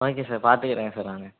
okay sir பார்த்துக்கறேன் sir நான்